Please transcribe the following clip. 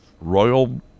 Royal